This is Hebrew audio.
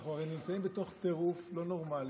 אנחנו הרי נמצאים בתוך טירוף לא נורמלי.